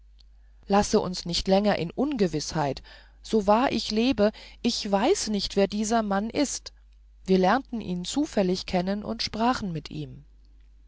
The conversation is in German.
lasse uns nicht länger in ungewißheit so wahr ich lebe ich weiß nicht wer dieser mann ist wir lernten ihn zufällig kennen und sprachen mit ihm